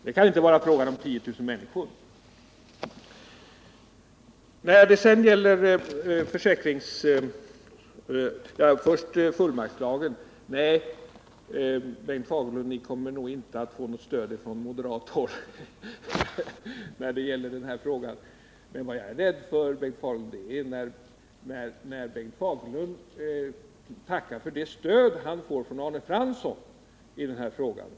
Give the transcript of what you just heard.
Det kan inte vara fråga om 10 000 människor. Nej, Bengt Fagerlund, ni kommer nog inte att få något stöd från moderat håll när det gäller frågan om fullmaktslagen. Vad jag är rädd för är när Bengt Fagerlund tackar för det stöd han får från Arne Fransson i denna fråga.